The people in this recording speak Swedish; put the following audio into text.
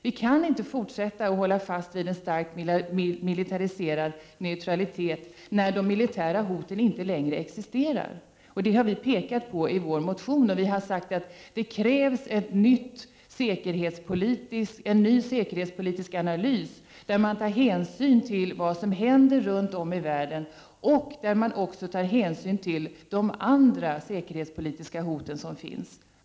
Vi kan inte fortsätta att hålla fast vid en starkt militariserad neutralitet, när de militära hoten inte längre existerar. Det har vi pekat på i vår motion, och vi har sagt att det krävs en ny säkerhetspolitisk analys, där man tar hänsyn till vad som händer runt om i världen och till de andra säkerhetspolitiska hot som finns.